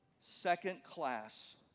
second-class